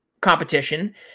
competition